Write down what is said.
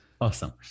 awesome